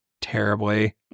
terribly